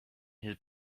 his